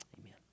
amen